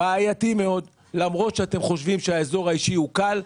אמרנו להם שזה בעייתי מאוד ולמרות שאתם חושבים שהאזור האישי הוא קל,